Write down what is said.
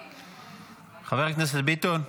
חבר הכנסת ביטון.